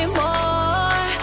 more